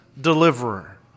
deliverer